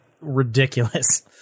ridiculous